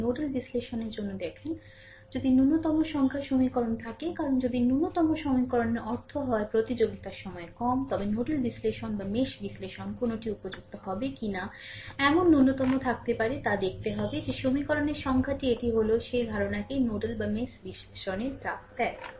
যদি নোডাল বিশ্লেষণের জন্য দেখুন যদি ন্যূনতম সংখ্যার সমীকরণ থাকে কারণ যদি ন্যূনতম সমীকরণের অর্থ হয় প্রতিযোগিতার সময় কম তবে নোডাল বিশ্লেষণ বা মেশ বিশ্লেষণ কোনটি উপযুক্ত হবে কিনা এমন ন্যূনতম থাকতে পারে তা দেখতে হবে যে সমীকরণের সংখ্যাটি এটি হল সেই ধারণাকেই নোডাল বা মেশ বিশ্লেষণের ডাক দেয়